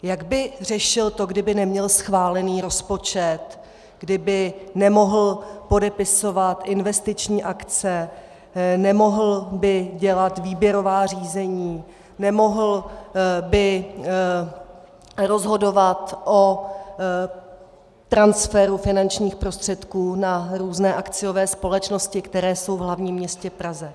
Jak by řešil to, kdyby neměl schválený rozpočet, kdyby nemohl podepisovat investiční akce, nemohl by dělat výběrová řízení, nemohl by rozhodovat o transferu finančních prostředků na různé akciové společnosti, které jsou v hlavním městě Praze?